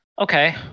Okay